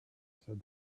said